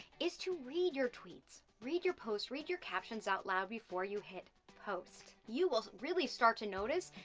is to read your tweets, read your post, read your captions out loud before you hit post. you will really start to notice,